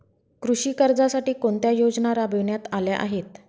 कृषी कर्जासाठी कोणत्या योजना राबविण्यात आल्या आहेत?